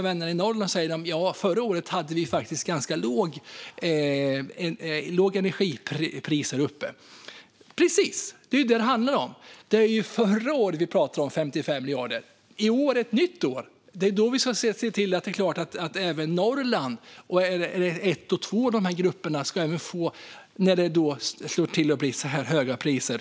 Vännerna i Norrland hade faktiskt ganska lågt energipris förra året. Det är precis detta det handlar om. De 55 miljarderna gäller ju förra året. I år är ett annat år. Det är klart att vi ska se till att även Norrland och elprisområdena 1 och 2 ska få del av stödet när det blir så här höga priser.